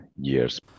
years